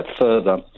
further